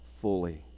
fully